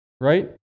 right